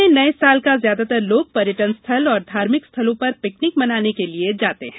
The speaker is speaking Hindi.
जिले में नये साल का ज्यादातर लोग पर्यटन स्थल और धार्मिक स्थलों पर पिकनिक मनाने के लिये जाते हैं